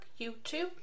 YouTube